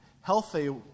healthy